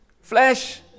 flesh